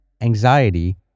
anxiety